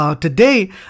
Today